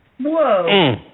Whoa